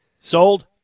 Sold